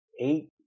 eight